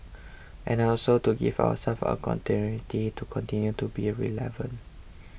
and also to give ourselves a continuity to continue to be relevant